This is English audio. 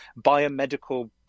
biomedical